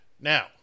Now